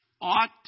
ought